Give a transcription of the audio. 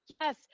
yes